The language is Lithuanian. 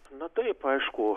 na taip aišku